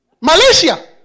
Malaysia